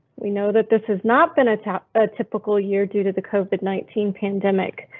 we know that this is not been attacked a typical year due to the covid nineteen pandemic.